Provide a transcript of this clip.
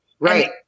Right